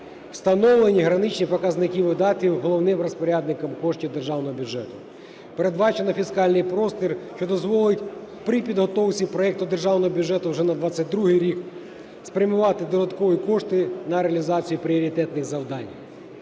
встановлені граничні показники видатків головним розпорядником коштів державного бюджету. Передбачено фіскальний простір, що дозволить при підготовці проекту Державного бюджету вже на 22-й рік спрямувати додаткові кошти на реалізацію пріоритетних завдань.